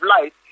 life